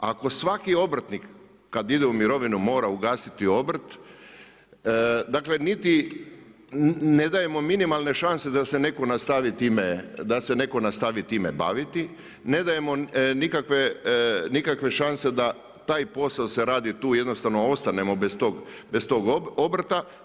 Ako svaki obrtnik kad ide u mirovinu mora ugasiti obrt, dakle niti ne dajemo mu minimalne šanse da se netko nastavi time baviti, ne dajemo nikakve šanse da taj posao se radi tu, jednostavno ostanemo bez tog obrta.